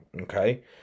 Okay